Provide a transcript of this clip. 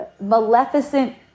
maleficent